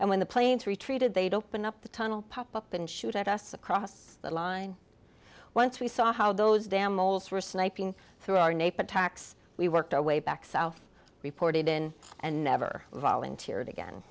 and when the planes retreated they'd open up the tunnel pop up and shoot at us across the line once we saw how those damn holes were sniping through our neighbor attacks we worked our way back south reported in and never volunteered again